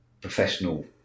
professional